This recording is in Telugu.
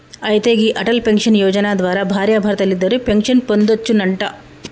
అయితే గీ అటల్ పెన్షన్ యోజన ద్వారా భార్యాభర్తలిద్దరూ పెన్షన్ పొందొచ్చునంట